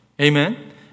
Amen